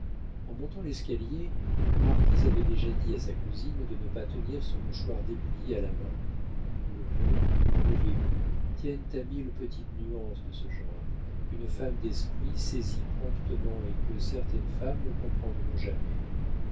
en montant l'escalier la marquise avait déjà dit à sa cousine de ne pas tenir son mouchoir déplié à la main le bon ou le mauvais goût tiennent à mille petites nuances de ce genre qu'une femme d'esprit saisit promptement et que certaines femmes ne comprendront jamais